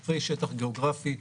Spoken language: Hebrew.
ת"פ שטח גאוגרפי,